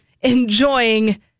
enjoying